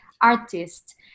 artists